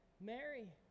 Mary